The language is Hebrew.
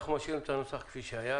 אז נשאיר את הנוסח כפי שהיה,